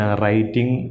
writing